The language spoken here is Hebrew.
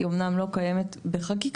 היא אמנם לא קיימת בחקיקה,